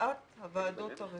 הוצאת הוועדות הרפואיות.